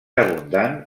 abundant